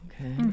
Okay